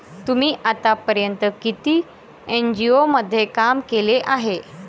तुम्ही आतापर्यंत किती एन.जी.ओ मध्ये काम केले आहे?